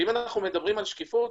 אם מדברים על שקיפות,